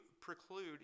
preclude